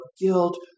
guilt